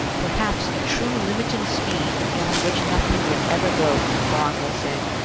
perhaps a true limiting speed beyond which nothing will ever go, vorongil said,